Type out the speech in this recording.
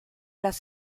las